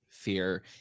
fear